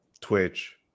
Twitch